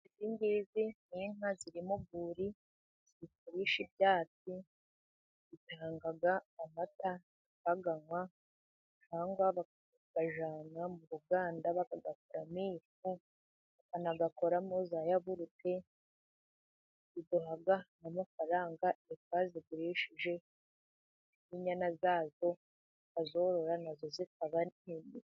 Izi ngizi ni inka ziri mu rwuri. ziri kurisha ibyatsi. Zitanga amata bakayanywa cyangwa bakajyana mu ruganda bakayakuramo ifu, bakanayakoramo za yawurute Ziduha n'amafaranga iyo twazigurishije. N'inyana zazo urazorora nazo zikaba ari nziza.